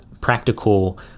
practical